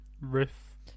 riff